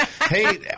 Hey